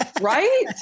Right